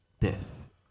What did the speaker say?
Death